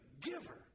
giver